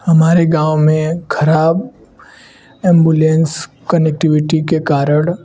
हमारे गाँव में ख़राब ऐम्बुलेंस कनिक्टीविटी के कारण